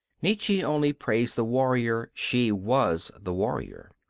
nietzsche only praised the warrior she was the warrior.